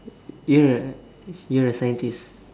you're a you're a scientist